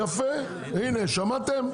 יפה, הנה, שמעתם?